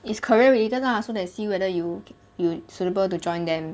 is career related lah so they see whether you you suitable to join them